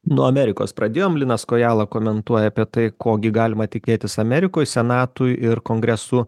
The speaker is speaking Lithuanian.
nuo amerikos pradėjom linas kojala komentuoja apie tai ko gi galima tikėtis amerikoj senatui ir kongresų